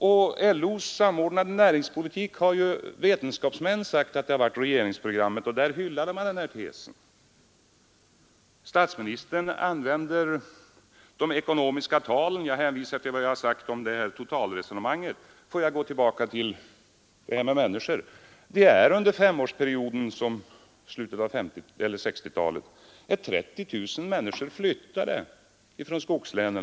Och vad LO:s samordnade näringspolitik beträffar så har ju en vetenskapsman sagt att detta program varit regeringsprogram, och där hyllade man denna tes. Statsministern anförde några siffror om vad lokaliseringspolitiken och flyttningspolitiken kostat. Jag hänvisar till vad jag har sagt om de totala investeringarna. Men vad har utvecklingen betytt för människorna? Det var under femårsperioden i slutet av 1960-talet som 30 000 människor flyttades från skogslänen.